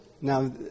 Now